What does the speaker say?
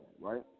right